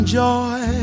joy